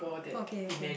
okay okay